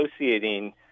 associating